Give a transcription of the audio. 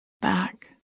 back